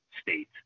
state